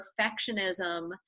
perfectionism